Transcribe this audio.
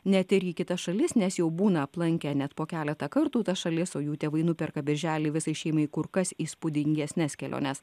net ir į kitas šalis nes jau būna aplankę net po keletą kartų tas šalies o jų tėvai nuperka birželį visai šeimai kur kas įspūdingesnes keliones